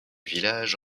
village